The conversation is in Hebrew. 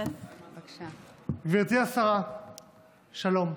גברתי השרה, שלום.